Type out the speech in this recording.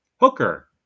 Hooker